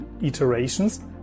iterations